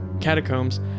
catacombs